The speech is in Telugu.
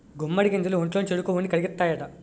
గుమ్మడి గింజలు ఒంట్లోని చెడు కొవ్వుని కరిగిత్తాయట